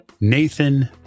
Nathan